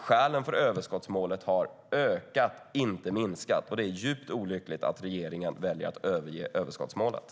Skälen för överskottsmålet har ökat och inte minskat. Det är djupt olyckligt att regeringen väljer att överge överskottsmålet.